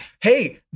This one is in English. Hey